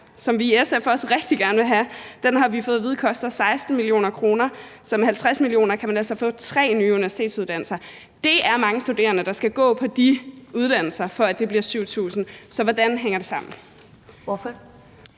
som vi også rigtig gerne vil have i SF, har vi fået at vide koster 16 mio. kr. Så med 50 mio. kr. kan man altså få tre nye universitetsuddannelser. Det er mange studerende, der skal gå på de uddannelser, for at det bliver til 7.000, så hvordan hænger det sammen?